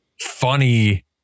funny